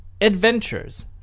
adventures